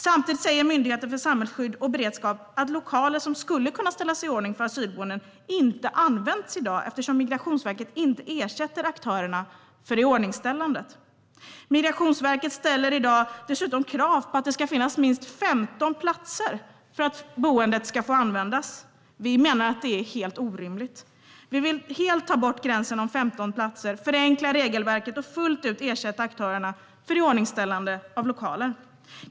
Samtidigt säger Myndigheten för samhällsskydd och beredskap att lokaler som skulle kunna ställas i ordning för asylboenden inte används i dag eftersom Migrationsverket inte ersätter aktörerna för iordningställandet. Migrationsverket ställer dessutom krav på att det ska finnas minst 15 platser för att boendet ska få användas. Vi menar att det är helt orimligt. Vi vill helt ta bort gränsen om 15 platser, förenkla regelverket och fullt ut ersätta aktörerna för iordningställandet av lokaler.